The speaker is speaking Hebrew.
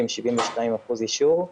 עם 72% אישור.